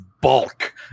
bulk